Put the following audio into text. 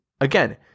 again